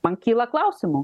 man kyla klausimų